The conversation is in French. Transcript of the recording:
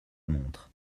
montre